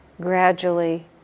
gradually